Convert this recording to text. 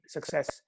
Success